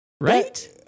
Right